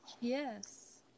Yes